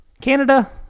Canada